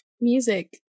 music